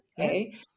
Okay